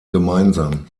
gemeinsam